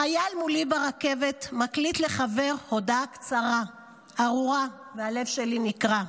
חייל מולי ברכבת / מקליט לחבר / הודעה קצרה / ארורה / והלב שלי נקרע: